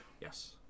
Yes